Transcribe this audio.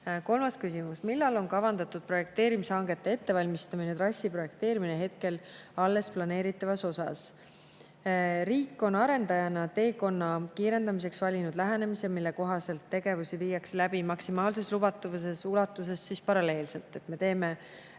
Kolmas küsimus: "Millal on kavandatud projekteerimishangete ettevalmistamine ja trassi projekteerimine hetkel alles planeeritavas osas?" Riik on arendajana teekonna kiirendamiseks valinud lähenemise, mille kohaselt viiakse tegevusi läbi maksimaalses lubatud ulatuses paralleelselt. On valmis